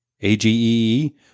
A-G-E-E